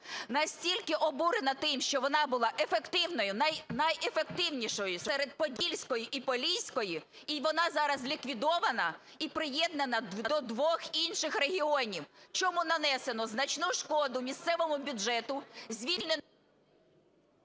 настільки обурена тим, що вона була ефективною, найефективнішою серед подільської і поліської, і вона зараз ліквідована, і приєднана до двох інших регіонів. Чому нанесено значну шкоду місцевому бюджету… ГОЛОВУЮЧИЙ.